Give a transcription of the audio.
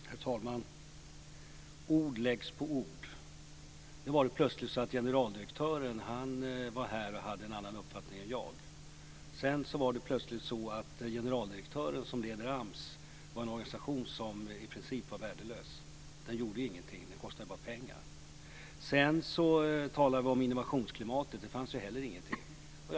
Herr talman! Ord läggs på ord. Nu var det plötsligt så att generaldirektören var här och hade en annan uppfattning än jag. Sedan var det plötsligt så att AMS var en organisation som i princip var värdelös. Den gjorde ju ingenting. Den kostar bara pengar. Sedan talade vi om innovationsklimatet, och det fanns ju inte heller.